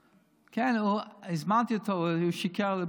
כן, הזמנתי אותו, הוא שיקר לי.